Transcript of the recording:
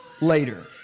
later